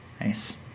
Nice